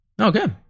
Okay